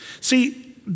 See